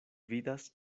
vidas